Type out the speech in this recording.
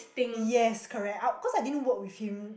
yes correct out cause I didn't work with him